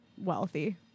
wealthy